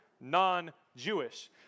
non-Jewish